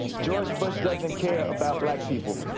george bush doesn't care about black people.